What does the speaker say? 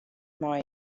mei